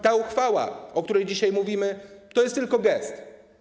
Ta uchwała, o której dzisiaj mówimy, to jest tylko gest.